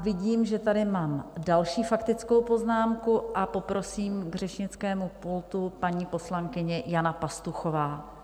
Vidím, že tady mám další faktickou poznámku, a poprosím k řečnickému pultu paní poslankyně Jana Pastuchová.